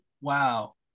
Wow